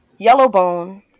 Yellowbone